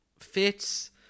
fits